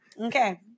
Okay